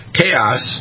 chaos